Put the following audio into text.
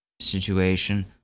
situation